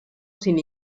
sin